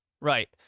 Right